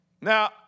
Now